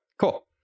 cool